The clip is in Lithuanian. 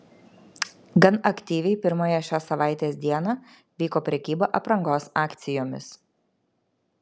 gan aktyviai pirmąją šios savaitės dieną vyko prekyba aprangos akcijomis